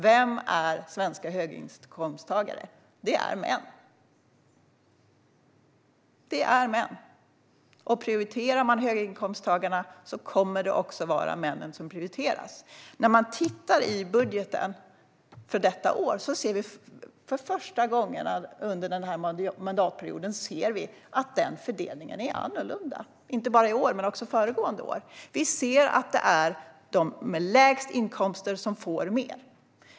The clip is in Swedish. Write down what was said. Vilka är svenska höginkomsttagare? Det är män. Om höginkomsttagarna prioriteras kommer det också att vara männen som prioriteras. När man tittar i budgeten för detta år, och även för föregående år, ser man att fördelningen är annorlunda. Vi ser att det är de som har lägst inkomster som får mer.